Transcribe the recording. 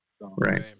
Right